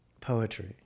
Poetry